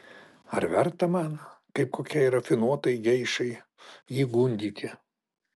ar verta man kaip kokiai rafinuotai geišai jį gundyti